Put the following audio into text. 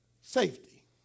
safety